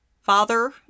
father